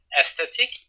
aesthetic